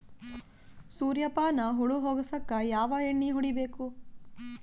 ಸುರ್ಯಪಾನ ಹುಳ ಹೊಗಸಕ ಯಾವ ಎಣ್ಣೆ ಹೊಡಿಬೇಕು?